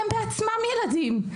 הם בעצמם ילדים.